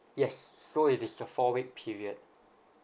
yes so it is a four week period